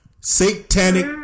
Satanic